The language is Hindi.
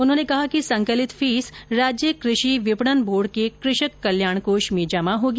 उन्होंने कहा कि संकलित फीस राज्य कृषि की दर से विपणन बोर्ड के कृषक कल्याण कोष में जमा होगी